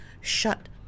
shut